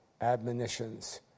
admonitions